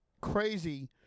crazy